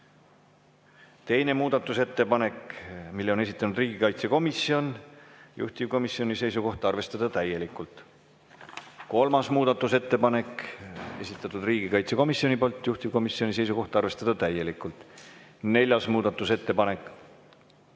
Teine muudatusettepanek, mille on esitanud riigikaitsekomisjon, juhtivkomisjoni seisukoht: arvestada täielikult. Kolmas muudatusettepanek, esitatud riigikaitsekomisjoni poolt, juhtivkomisjoni seisukoht: arvestada täielikult. Neljas muudatusettepanek,